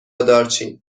دارچین